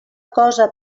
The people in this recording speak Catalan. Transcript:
cosa